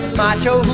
macho